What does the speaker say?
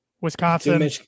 Wisconsin